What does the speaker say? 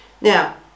Now